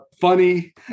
funny